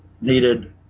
needed